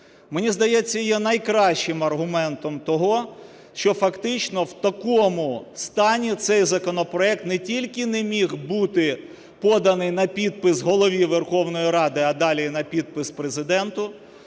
мені здається, є найкращим аргументом того, що фактично в такому стані цей законопроект не тільки не міг бути поданий на підпис Голові Верховної Ради, а далі – на підпис Президенту,